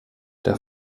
der